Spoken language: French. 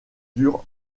durent